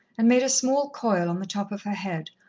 and made a small coil on the top of her head,